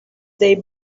they